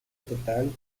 total